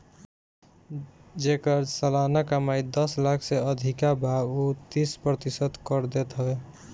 जेकर सलाना कमाई दस लाख से अधिका बा उ तीस प्रतिशत कर देत हवे